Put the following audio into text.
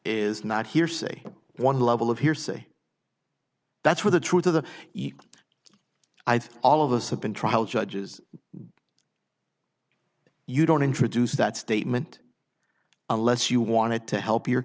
is not hearsay one level of hearsay that's where the truth of the i think all of us have been trial judges you don't introduce that statement unless you wanted to help your